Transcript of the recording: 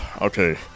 okay